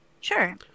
Sure